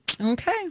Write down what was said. Okay